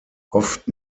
oft